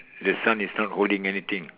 the son is not holding anything